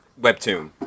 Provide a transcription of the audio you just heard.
Webtoon